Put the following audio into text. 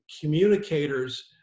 communicators